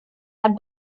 that